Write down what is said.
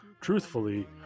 truthfully